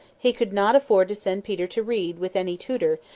he could not afford to send peter to read with any tutor,